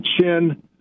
chin